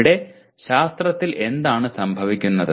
ഇവിടെ ശാസ്ത്രത്തിൽ എന്താണ് സംഭവിക്കുന്നത്